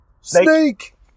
Snake